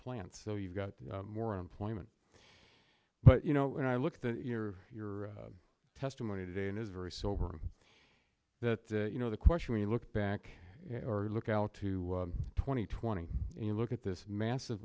plants so you've got more employment but you know when i look at your your testimony today it is very sobering that you know the question when you look back or look out to twenty twenty you look at this massive